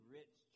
rich